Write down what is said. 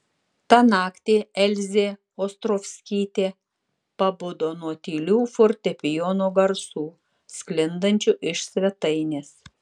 tą naktį elzė ostrovskytė pabudo nuo tylių fortepijono garsų sklindančių iš svetainės